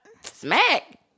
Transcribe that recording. Smack